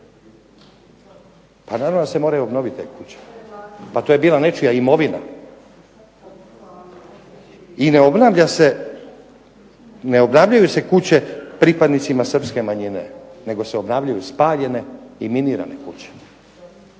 A naravno da se moraju obnoviti te kuće, to je bila nečija imovina. I Ne obnavljaju kuće pripadnicima Srpske nacionalne manjine, nego se obnavljaju spaljene i minirane kuće.